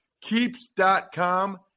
Keeps.com